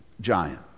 giant